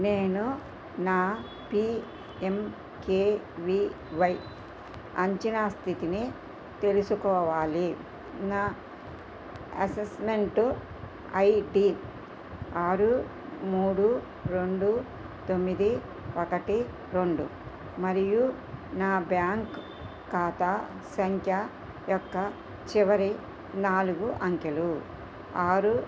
నేను నా PM KVY అంచనా స్థితిని తెలుసుకోవాలి నా అసెస్మెంటు ఐడి ఆరు మూడు రెండు తొమ్మిది ఒకటి రెండు మరియు నా బ్యాంక్ ఖాతా సంఖ్య యొక్క చివరి నాలుగు అంకెలు ఆరు